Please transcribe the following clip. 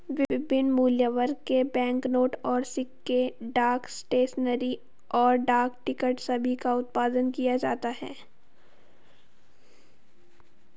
विभिन्न मूल्यवर्ग के बैंकनोट और सिक्के, डाक स्टेशनरी, और डाक टिकट सभी का उत्पादन किया जाता है